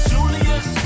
Julius